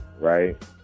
right